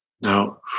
Now